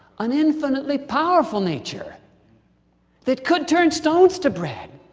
an infinitely powerful nature that could turn stones to bread.